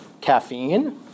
caffeine